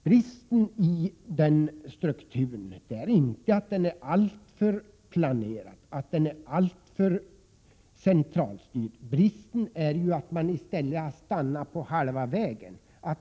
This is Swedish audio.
Bristen i strukturen är inte att den är alltför planerad, att den är alltför centralstyrd, utan bristen är att man har stannat på halva vägen.